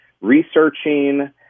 researching